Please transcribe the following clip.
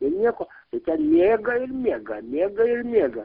ir nieko tai ten miega ir miega miega ir miega